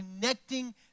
connecting